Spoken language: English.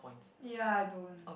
ya I don't